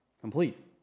Complete